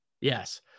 Yes